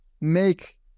make